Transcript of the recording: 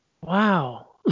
Wow